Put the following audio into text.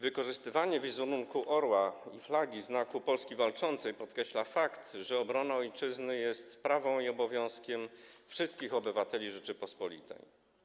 Wykorzystywanie w wizerunku orła i flagi Znaku Polski Walczącej podkreśla fakt, że obrona ojczyzny jest sprawą i obowiązkiem wszystkich obywateli Rzeczypospolitej.